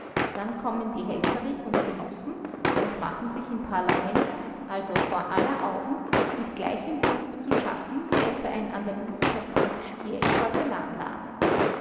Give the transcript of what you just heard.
dann kommen die helfferich und genossen und machen sich im parlament also vor aller augen mit gleichem fug zu schaffen wie etwa ein andalusischer kampfstier im porzellanladen